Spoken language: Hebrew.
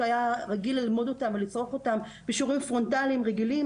היה רגיל ללמוד ולצרוך אותם בשיעורים פרונטליים רגילים,